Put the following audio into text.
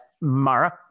Mara